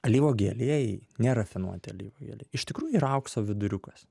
alyvuogių aliejai nerafinuoti alyvuogių aliejai iš tikrųjų yra aukso viduriukas